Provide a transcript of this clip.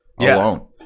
alone